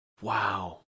Wow